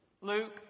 Luke